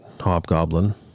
hobgoblin